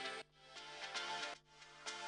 שניות.